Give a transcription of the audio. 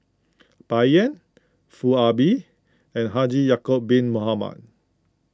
Bai Yan Foo Ah Bee and Haji Ya'Acob Bin Mohamed